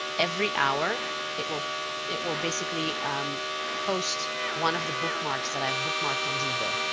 every hour it will it will basically post one of the bookmarks that i have bookmarked on diigo.